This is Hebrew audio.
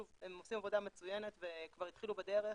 שוב, הם עושים עבודה מצוינת וכבר התחילו בדרך.